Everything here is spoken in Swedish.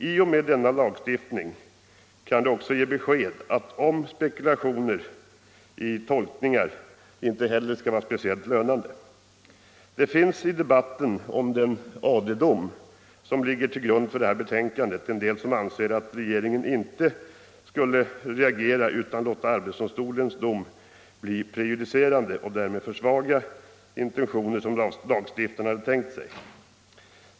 I och med denna lagstiftning kan det också ges besked om att spekulationer om tolkningar inte heller är speciellt lönande. Det finns i debatten om den AD-dom som ligger till grund för detta betänkande en del som anser att regeringen inte skulle reagera utan låta arbetsdomstolens dom bli prejudicerande och därmed försvaga de intentioner som lagstiftarna haft.